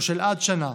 או של עד שנה,